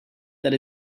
that